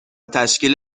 تشکیل